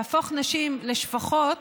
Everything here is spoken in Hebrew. להפוך נשים לשפחות